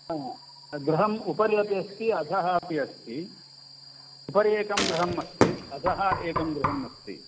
ह गृहम् उपरि अपि अस्ति अधः अपि अस्ति उपरि एकं गृहमस्ति अधः एकं गृहमस्ति